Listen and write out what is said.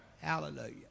Hallelujah